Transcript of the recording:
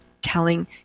telling